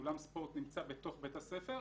אולם ספורט נמצא בתוך בית הספר,